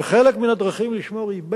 וחלק מן הדרכים לשמור זה,